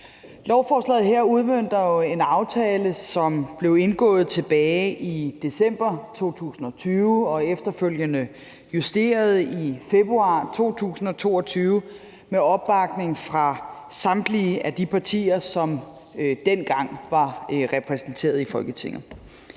Lovforslaget her udmønter jo en aftale, som blev indgået tilbage i december 2020 og efterfølgende justeret i februar 2022 med opbakning fra samtlige af de partier, som dengang var repræsenteret i Folketinget.